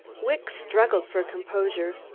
wicks struggled for composure.